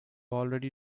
already